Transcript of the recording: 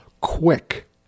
quick